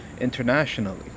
internationally